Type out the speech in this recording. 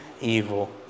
evil